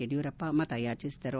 ಯಡಿಯೂರಪ್ಪ ಮತಯಾಚಿಸಿದರು